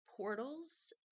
portals